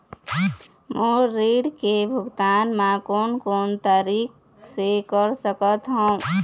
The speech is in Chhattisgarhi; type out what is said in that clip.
मोर ऋण के भुगतान म कोन कोन तरीका से कर सकत हव?